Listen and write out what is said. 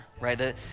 right